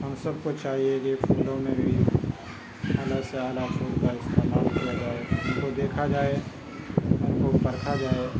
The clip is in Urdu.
ہم سب کو چاہیے کہ پھولوں میں بھی اعلیٰ سے اعلیٰ پھول کا استعمال کیا جائے تو دیکھا جائے اُن کو پرکھا جائے